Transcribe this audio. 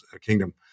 kingdom